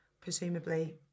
presumably